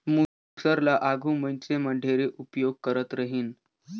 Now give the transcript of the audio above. मूसर ल आघु मइनसे मन ढेरे उपियोग करत रहिन